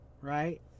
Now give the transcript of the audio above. Right